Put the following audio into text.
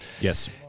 Yes